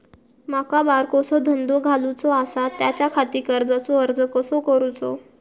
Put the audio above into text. माका बारकोसो धंदो घालुचो आसा त्याच्याखाती कर्जाचो अर्ज कसो करूचो?